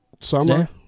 summer